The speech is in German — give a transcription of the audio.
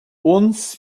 uns